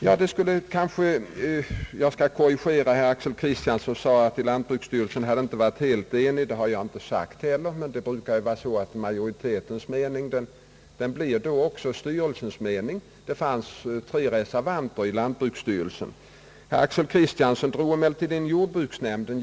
Jag skall korrigera herr Axel Kristiansson på en punkt. Han sade att lantbruksstyrelsen inte har varit enig. Jag har inte sagt att styrelsen varit enig. Men det brukar vara så att majoritetens mening också blir styrelsens mening, men det fanns tre reservanter i lantbruksstyrelsen. Herr Axel Kristiansson drog emellertid in jordbruksnämnden.